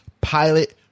pilot